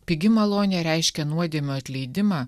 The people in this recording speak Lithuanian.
pigi malonė reiškia nuodėmių atleidimą